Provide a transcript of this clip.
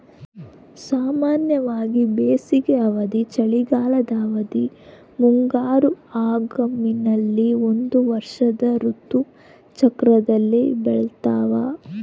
ಸಾಮಾನ್ಯವಾಗಿ ಬೇಸಿಗೆ ಅವಧಿ, ಚಳಿಗಾಲದ ಅವಧಿ, ಮುಂಗಾರು ಹಂಗಾಮಿನಲ್ಲಿ ಒಂದು ವರ್ಷದ ಋತು ಚಕ್ರದಲ್ಲಿ ಬೆಳ್ತಾವ